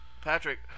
Patrick